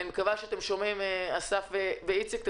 אני מקווה שאתם שומעים, אסף וסרצוג ואיציק דניאל.